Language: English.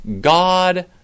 God